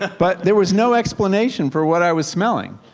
but there was no explanation for what i was smelling.